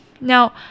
Now